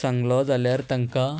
सांगलो जाल्यार तांकां